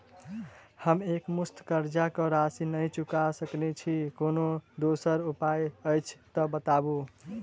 हम एकमुस्त कर्जा कऽ राशि नहि चुका सकय छी, कोनो दोसर उपाय अछि तऽ बताबु?